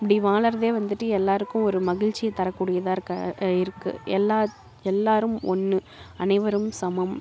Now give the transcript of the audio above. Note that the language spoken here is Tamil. இப்படி வாழுகிறதே வந்துட்டு எல்லோருக்கும் ஒரு மகிழ்ச்சியை தரக்கூடியதாக இருக்க இருக்குது எல்லா எல்லோரும் ஒன்று அனைவரும் சமம்